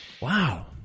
wow